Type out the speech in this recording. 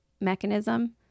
mechanism